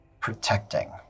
protecting